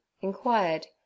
inquired